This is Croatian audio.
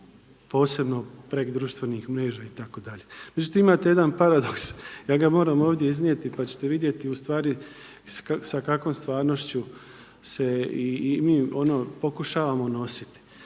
posebno preko društvenih mreža itd. Međutim imate jedan paradoks, ja ga moram ovdje iznijeti pa ćete vidjeti ustvari sa kakvom stvarnošću se i mi ono pokušavamo nositi.